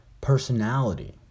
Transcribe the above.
personality